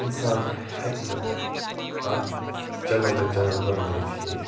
اِنسان ہٮ۪کہِ نہٕ اَتھ چَنَل تہٕ چَنَل بَدلٲیِتھ کیٚنٛہہ